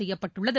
செய்யப்பட்டுள்ளது